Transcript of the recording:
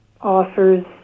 offers